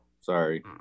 Sorry